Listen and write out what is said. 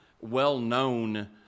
well-known